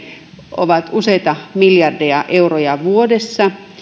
ovat useita miljardeja euroja vuodessa